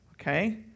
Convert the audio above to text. Okay